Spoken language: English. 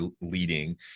leading